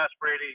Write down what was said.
Brady